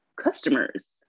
customers